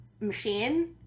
machine